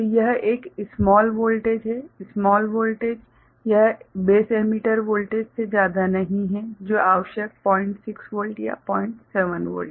तो यह एक स्माल वोल्टेज है स्माल वोल्टेज यह बेस एमिटर वोल्टेजसे ज्यादा नहीं हैं जो आवश्यक है 06 वोल्ट या 07 वोल्ट